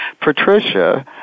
Patricia